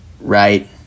right